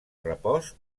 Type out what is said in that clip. repòs